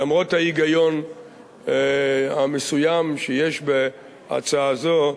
למרות ההיגיון המסוים שיש בהצעה זו,